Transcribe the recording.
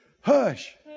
Hush